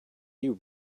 you